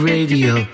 Radio